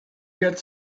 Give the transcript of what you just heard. get